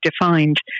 defined